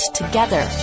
together